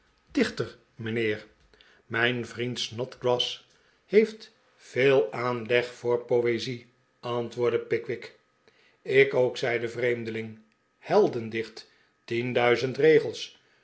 dichter mijnheer mijn vriend snodgrass heeft veel aanleg voor poezie antwoordde pickwick ik ook f zei de vreemdeling heldendieht tienduizend regels